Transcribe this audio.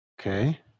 Okay